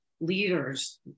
leaders